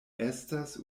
estas